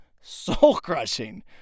soul-crushing